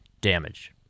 damage